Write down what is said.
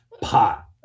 Pot